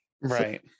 right